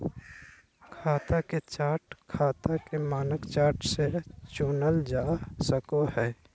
खाता के चार्ट खाता के मानक चार्ट से चुनल जा सको हय